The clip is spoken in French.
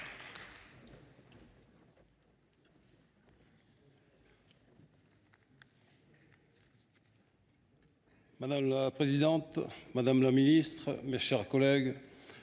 Madame la présidente, madame la ministre, mes chers collègues,